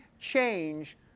change